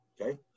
okay